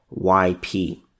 YP